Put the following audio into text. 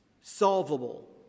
solvable